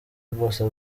rwose